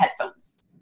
headphones